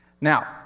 Now